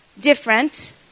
different